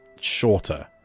shorter